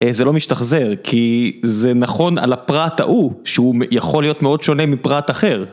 זה לא משתחזר כי זה נכון על הפרט ההוא שהוא יכול להיות מאוד שונה מפרט אחר.